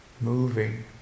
moving